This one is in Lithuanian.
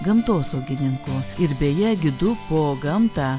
gamtosaugininku ir beje gidu po gamtą